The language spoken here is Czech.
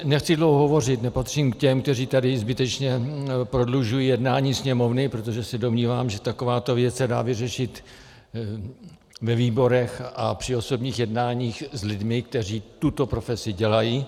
Nechci dlouho hovořit, nepatřím k těm, kteří tady zbytečně prodlužují jednání Sněmovny, protože se domnívám, že takováto věc se dá vyřešit ve výborech a při osobních jednáních s lidmi, kteří tuto profesi dělají.